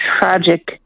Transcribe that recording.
tragic